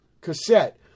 cassette